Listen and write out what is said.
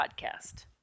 podcast